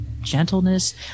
gentleness